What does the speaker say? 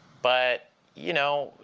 but you know,